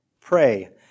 Pray